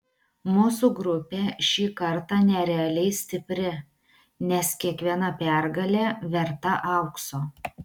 mūsų grupė šį kartą nerealiai stipri nes kiekviena pergalė verta aukso